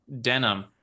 Denim